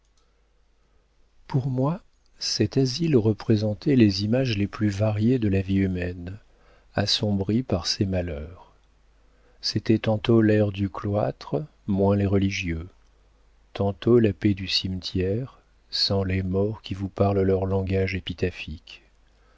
pour moi cet asile représentait les images les plus variées de la vie humaine assombrie par ses malheurs c'était tantôt l'air du cloître moins les religieux tantôt la paix du cimetière sans les morts qui vous parlent leur langage épitaphique